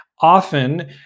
often